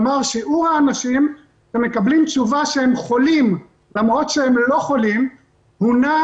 כלומר שיעור האנשים שמקבלים תשובה שהם חולים למרות שהם לא חולים נע